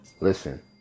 Listen